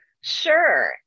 Sure